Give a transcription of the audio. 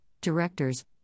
directors